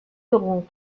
dugun